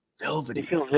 Velvety